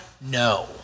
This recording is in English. no